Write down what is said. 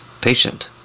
patient